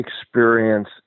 experience